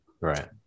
Right